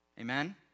Amen